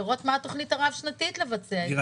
לראות מה התוכנית הרב שנתית לבצע את זה,